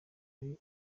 ari